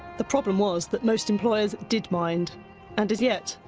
the problem was that most employers did mind and, as yet,